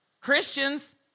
Christians